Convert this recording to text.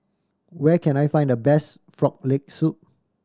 where can I find the best Frog Leg Soup